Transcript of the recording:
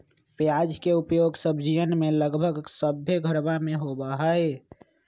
प्याज के उपयोग सब्जीयन में लगभग सभ्भे घरवा में होबा हई